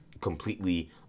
completely